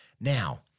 Now